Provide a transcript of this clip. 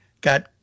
got